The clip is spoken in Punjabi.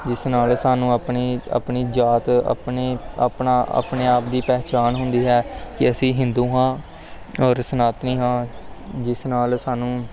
ਜਿਸ ਨਾਲ ਸਾਨੂੰ ਆਪਣੀ ਆਪਣੀ ਜਾਤ ਆਪਣੇ ਆਪਣਾ ਆਪਣੇ ਆਪ ਦੀ ਪਹਿਚਾਣ ਹੁੰਦੀ ਹੈ ਕਿ ਅਸੀਂ ਹਿੰਦੂ ਹਾਂ ਔਰ ਸਨਾਤਨੀ ਹਾਂ ਜਿਸ ਨਾਲ ਸਾਨੂੰ